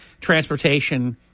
transportation